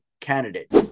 candidate